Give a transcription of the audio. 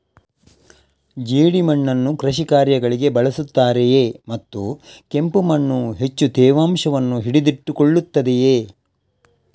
ಜೇಡಿಮಣ್ಣನ್ನು ಕೃಷಿ ಕಾರ್ಯಗಳಿಗೆ ಬಳಸುತ್ತಾರೆಯೇ ಮತ್ತು ಕೆಂಪು ಮಣ್ಣು ಹೆಚ್ಚು ತೇವಾಂಶವನ್ನು ಹಿಡಿದಿಟ್ಟುಕೊಳ್ಳುತ್ತದೆಯೇ?